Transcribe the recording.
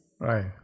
Right